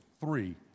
three